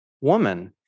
woman